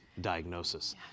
Diagnosis